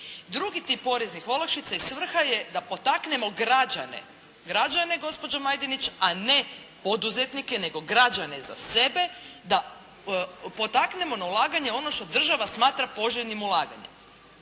Drugi tip poreznih olakšica svrha je da potaknemo građane, građane gospođo Majdenić a ne poduzetnike nego građane za sebe, da potaknemo na ulaganje ono što država smatra poželjnim ulaganjem.